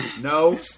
No